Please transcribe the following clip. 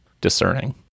discerning